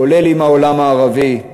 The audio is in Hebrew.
כולל עם העולם הערבי?